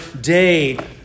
day